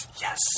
Yes